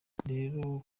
rero